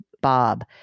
Bob